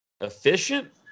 efficient